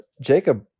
Jacob